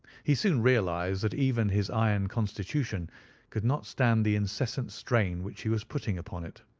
he soon realized that even his iron constitution could not stand the incessant strain which he was putting upon it.